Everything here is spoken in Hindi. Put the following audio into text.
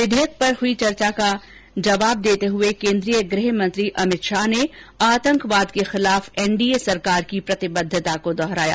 विधेयक पर हुई चर्चा का जवाब देते हुए केन्द्रीय गृह मंत्री अमित शाह ने आंतकवाद के खिलाफ एनडीए सरकार की प्रतिबद्धता को दोहराया